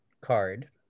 card